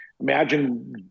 imagine